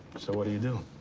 so what do you do?